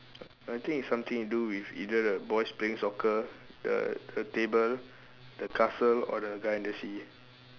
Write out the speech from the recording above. I think it's something to do with either the boys playing soccer the the table the castle or the guy in the sea